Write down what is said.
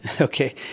Okay